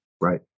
Right